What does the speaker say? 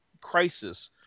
Crisis